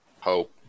Hope